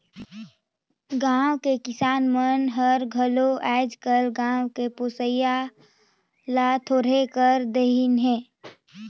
गाँव के किसान मन हर घलो आयज कायल गाय के पोसई ल थोरहें कर देहिनहे